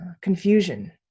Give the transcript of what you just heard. confusion